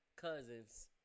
Cousins